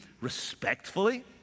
respectfully